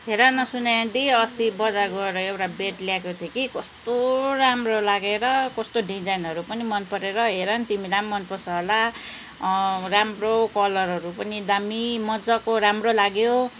हेर न सुनेना दी अस्ति बजार गएर एउटा बेड ल्याएको थिएँ कि कस्तो राम्रो लागेर कस्तो डिजाइनहरू पनि मनपरेर हेर न तिमीलाई पनि मनपर्छ होला राम्रो कलरहरू पनि दामी मजाको राम्रो लाग्यो